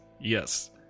Yes